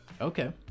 Okay